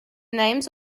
names